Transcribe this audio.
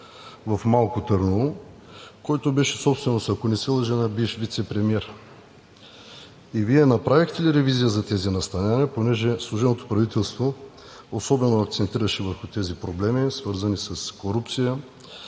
в Малко Търново, който беше собственост, ако не се лъжа, на бивш вицепремиер. Вие направихте ли ревизия за тези настанявания, тъй като служебното правителство особено акцентираше върху тези проблеми, свързани с корупция?